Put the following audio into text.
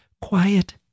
quiet